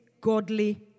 godly